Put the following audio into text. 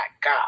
God